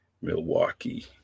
Milwaukee